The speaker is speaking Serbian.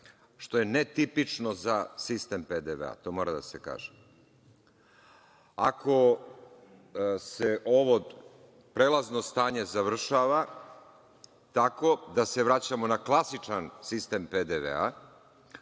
što je netipično za sistem PDV-a. To mora da se kaže. Ako se ovo prelazno stanje završava tako da se vraćamo na klasičan sistem PDV-a,